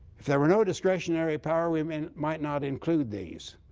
if there were no discretionary power, we um and might not include these.